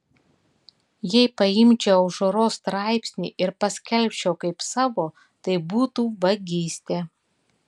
jei paimčiau aušros straipsnį ir paskelbčiau kaip savo tai būtų vagystė